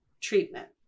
treatment